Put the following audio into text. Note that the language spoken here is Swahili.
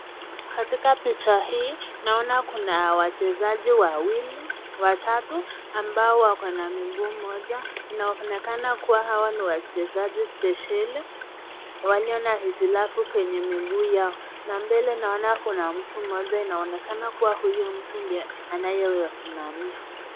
Katika picha hii naona kuna wachezaji watatu ambao wako na miguu moja. Kunaonekana kuwa hawa ni wachezaji spesheli walio na hitilafu kwenye miguu yao na mbele naona kuna mtu mmoja. Kunaonekana kuwa huyu mtu ndiye anayewasimamia.